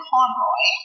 Conroy